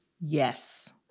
Yes